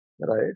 right